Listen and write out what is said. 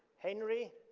henry.